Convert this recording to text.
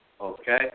Okay